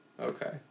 Okay